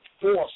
force